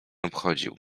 obchodził